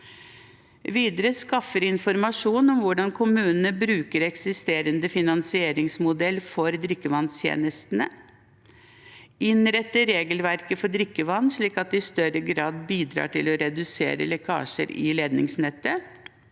– skaffe informasjon om hvordan kommunene bruker eksisterende finansieringsmodell for drikkevannstjenestene – innrette regelverket for drikkevann slik at det i større grad bidrar til å redusere lekkasjer i ledningsnettet